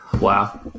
Wow